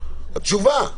תשובה.